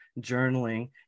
journaling